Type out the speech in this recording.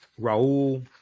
Raul